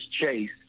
Chase